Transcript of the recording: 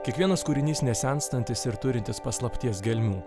kiekvienas kūrinys nesenstantis ir turintis paslapties gelmių